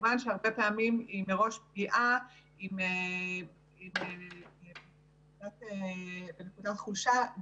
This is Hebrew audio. וכמובן שהרבה פעמים היא פגיעה והיא חלשה גם